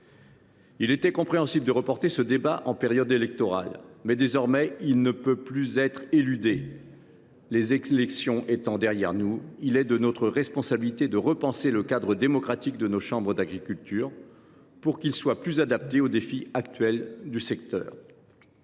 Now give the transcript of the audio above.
Il était compréhensible de reporter ce débat en période électorale, mais désormais il ne peut plus être éludé. Les élections étant derrière nous, il est de notre responsabilité de repenser le cadre démocratique de nos chambres d’agriculture pour qu’il soit plus adapté aux défis actuels du secteur.